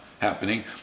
happening